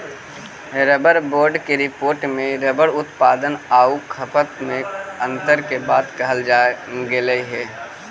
rubber board के report में rubber उत्पादन आउ खपत में अन्तर के बात कहल गेलइ हे